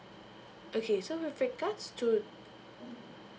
okay so with regards to